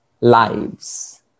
lives